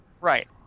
Right